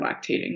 lactating